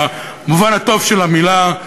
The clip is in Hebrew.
במובן הטוב של המילה,